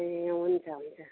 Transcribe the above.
ए हुन्छ हुन्छ